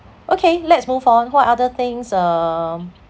okay let's move on what other things um